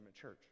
church